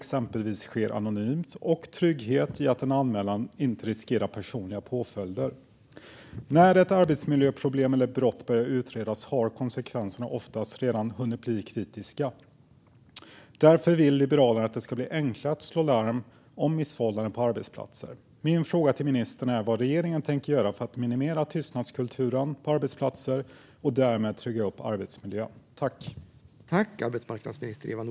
Exempelvis kan en anmälan lämnas anonymt och ger ingen risk för personliga påföljder. När ett arbetsmiljöproblem eller ett arbetsmiljöbrott börjar utredas har konsekvenserna oftast redan hunnit bli kritiska. Därför vill Liberalerna att det ska bli enklare att slå larm om missförhållanden på arbetsplatser. Min fråga till ministern är vad regeringen tänker göra för att minimera tystnadskulturen på arbetsplatser och därmed trygga arbetsmiljön.